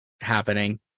happening